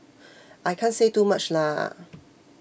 I can't say too much lah